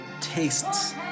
tastes